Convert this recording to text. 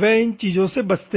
वे इन चीजों से बचते हैं